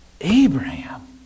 Abraham